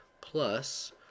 plus